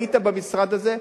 היית במשרד הזה,